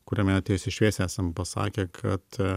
kuriame tiesiai šviesiai esam pasakę kad